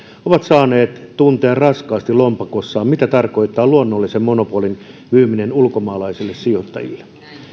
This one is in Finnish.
ovat saaneet tuntea raskaasti lompakossaan mitä tarkoittaa luonnollisen monopolin myyminen ulkomaalaisille sijoittajille